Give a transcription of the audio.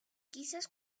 quizás